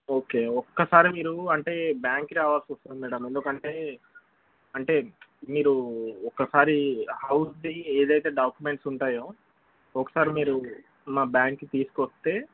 okay ఒక్కసారి మీరు అంటే బ్యాంక్కి రావాల్సి వస్తుంది మేడం ఎందుకంటే అంటే మీరు ఒసారి హౌస్ది ఏదైతే డాక్యుమెంట్స్ ఉంటాయో ఒకసారి మీరు మా బ్యాంక్కి తీసుకొస్తే